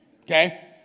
Okay